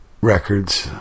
Records